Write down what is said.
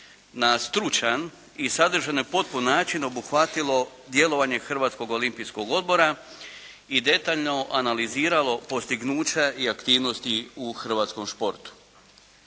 na stručan i sadržajno potpun način obuhvatilo djelovanje Hrvatskog olimpijskog odbora i detaljno analiziralo postignuća i aktivnosti u hrvatskom športu.